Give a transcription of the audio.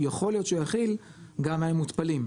יכול להיות שיכיל גם מים מותפלים.